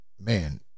man